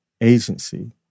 agency